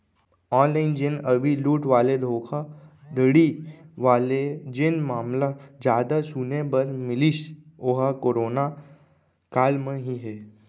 online जेन अभी लूट वाले धोखाघड़ी वाले जेन मामला जादा सुने बर मिलिस ओहा करोना काल म ही हे